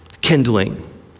Kindling